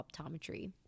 Optometry